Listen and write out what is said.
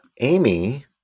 Amy